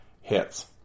hits